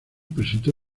presentó